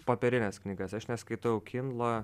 popierines knygas aš neskaitau kindlo